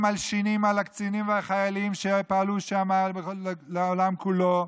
הם מלשינים על הקצינים והחיילים שפעלו שם לעולם כולו.